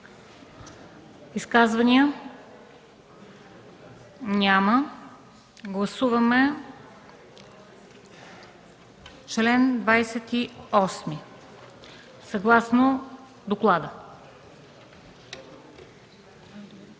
Изказвания? Няма. Гласуваме чл. 28 съгласно доклада.